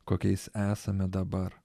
kokiais esame dabar